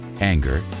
anger